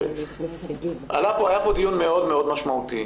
היה פה דיון מאוד מאוד משמעותי